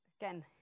again